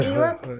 Europe